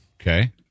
Okay